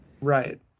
Right